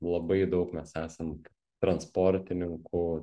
labai daug mes esam transportininkų